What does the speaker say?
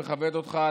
מכבד אותך,